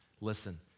listen